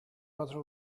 rather